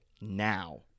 now